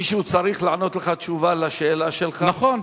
מישהו צריך לענות לך תשובה על השאלה שלך, נכון.